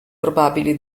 probabili